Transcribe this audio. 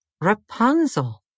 Rapunzel